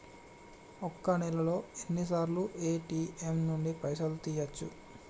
ఒక్క నెలలో ఎన్నిసార్లు ఏ.టి.ఎమ్ నుండి పైసలు తీయచ్చు?